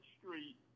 street